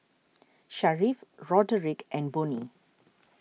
Sharif Roderick and Bonnie